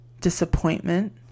disappointment